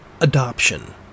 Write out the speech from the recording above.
adoption